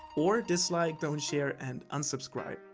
or dislike, don't share and unsubscribe,